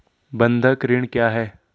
बंधक ऋण क्या है?